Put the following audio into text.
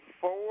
four